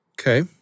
Okay